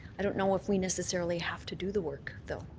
i don't know if we necessarily have to do the work though,